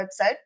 website